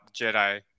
Jedi